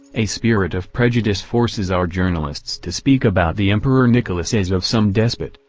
a spirit of prejudice forces our journalists to speak about the emperor nicholas as of some despot,